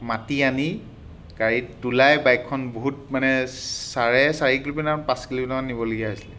মাতি আনি গাড়ীত তোলাই বাইকখন বহুত মানে চাৰে চাৰি কিলোমিটাৰ পাঁচ কিলোমিটাৰমান নিবলগীয়া হৈছিলে